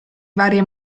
varie